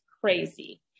crazy